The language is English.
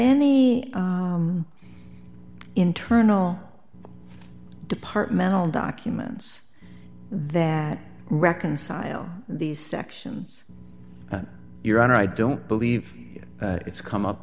any internal departmental documents that reconcile these sections your honor i don't believe it's come up